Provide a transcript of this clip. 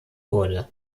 wurde